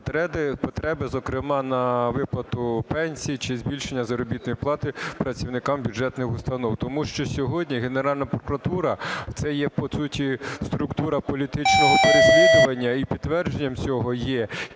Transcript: потреби, зокрема, на виплату пенсій чи збільшення заробітної плати працівникам бюджетних установ. Тому що сьогодні Генеральна прокуратура – це є по суті структура політичного переслідування. І підтвердженням цього є